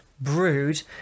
brood